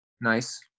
nice